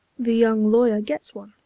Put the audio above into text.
the young lawyer gets one,